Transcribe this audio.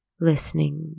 listening